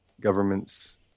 governments